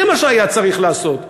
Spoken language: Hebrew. זה מה שהיה צריך לעשות.